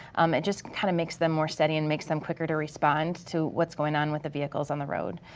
it just kind of makes them more steady and makes them quicker to respond to what's going on with the vehicles on the road.